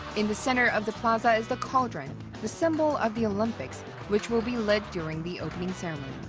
in the center of the plaza is the cauldron the symbol of the olympics which will be lit during the opening ceremony.